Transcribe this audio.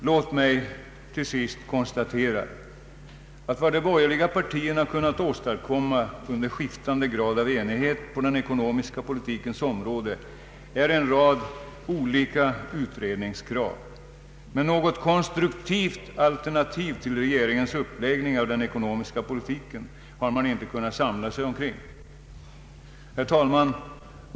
Låt mig till sist konstatera att vad de borgerliga partierna kunnat åstadkomma — under skiftande grad av enighet — på den ekonomiska politikens område är en rad olika utredningskrav. Men något konstruktivt alternativ till regeringens uppläggning av den ekonomiska politiken har man inte kunnat samla sig kring. Herr talman!